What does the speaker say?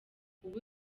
ubu